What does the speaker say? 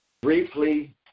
Briefly